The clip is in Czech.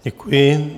Děkuji.